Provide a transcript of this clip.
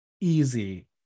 easy